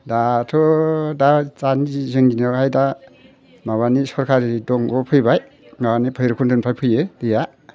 दाथ' दा जानजि जोंनि दिनावहाय दा माबानि सरखारनि दंग' फैबाय माबानि भैराबखन्द'निफ्राय फैयो दैया